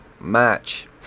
match